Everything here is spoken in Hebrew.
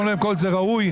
קודם כל זה ראוי,